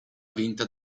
vinta